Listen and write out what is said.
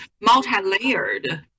multi-layered